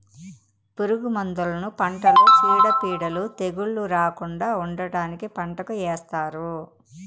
పురుగు మందులను పంటలో చీడపీడలు, తెగుళ్ళు రాకుండా ఉండటానికి పంటకు ఏస్తారు